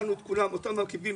אותם מרכיבים,